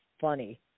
funny